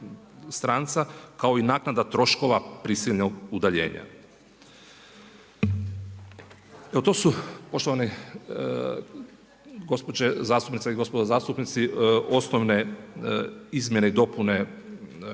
stranca, kao i naknada troškova prisilnog udaljenja. Evo to su poštovane gospođe zastupnice i gospodo zastupnici osnovne izmjene i dopune